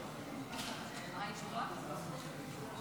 סכומי תגמולים לנכי רדיפות